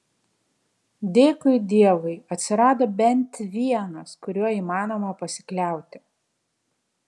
dėkui dievui atsirado bent vienas kuriuo įmanoma pasikliauti